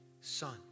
son